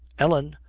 ellen,